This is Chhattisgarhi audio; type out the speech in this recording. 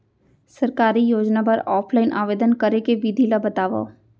सरकारी योजना बर ऑफलाइन आवेदन करे के विधि ला बतावव